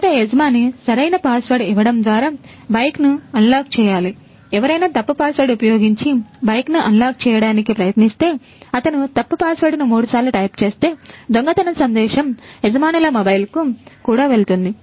మొదట యజమాని సరైన పాస్వర్డ్ చేయడానికి ప్రయత్నిస్తే అతను తప్పు పాస్వర్డ్ను మూడుసార్లు టైప్ చేస్తే దొంగతనం సందేశం యజమానుల మొబైల్కు కూడా వెళ్తుంది